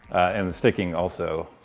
and sticking also.